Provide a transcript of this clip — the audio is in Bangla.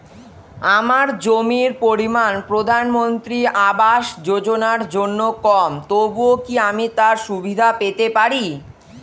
আমার জমির পরিমাণ প্রধানমন্ত্রী আবাস যোজনার জন্য কম তবুও কি আমি তার সুবিধা পেতে পারি?